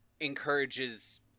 encourages